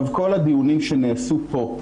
כל הדיונים שנעשו פה,